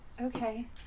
okay